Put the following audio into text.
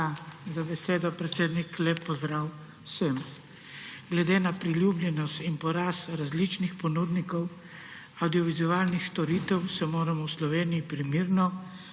Hvala za besedo, predsednik. Lep pozdrav vsem! Glede na priljubljenost in porast različnih ponudnikov avdiovizualnih storitev se moramo v Sloveniji primerno